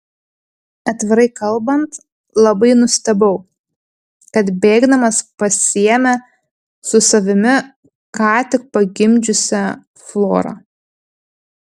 atvirai kalbant labai nustebau kad bėgdamas pasiėmė su savimi ką tik pagimdžiusią florą